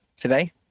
today